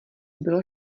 bylo